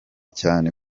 cyane